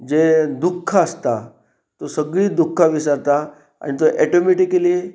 जे दुख्ख आसता तो सगळीं दुख्खां विसरता आनी तो एटोमेटिकली